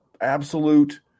absolute